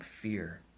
fear